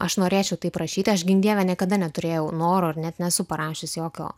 aš norėčiau taip rašyti aš gink dieve niekada neturėjau noro ar net nesu parašiusi jokio